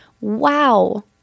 Wow